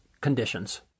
conditions